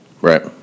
Right